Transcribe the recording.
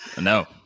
No